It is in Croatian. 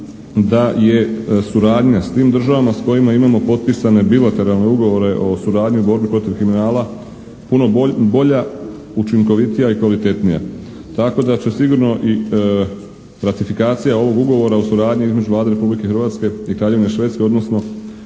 da je suradnja s tim državama s kojima imamo potpisane bilatelarne ugovore o suradnji u borbi protiv kriminala puno bolja, učinkovitija i kvalitetnija. Tako da će sigurno i ratifikacija ovog Ugovora o suradnji između Vlade Republike Hrvatske i Kraljevine Švedske odnosno